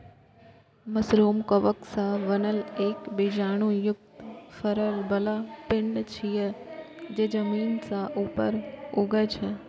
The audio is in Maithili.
मशरूम कवक सं बनल एक बीजाणु युक्त फरै बला पिंड छियै, जे जमीन सं ऊपर उगै छै